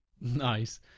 Nice